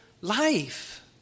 life